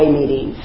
meeting